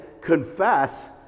confess